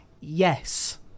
yes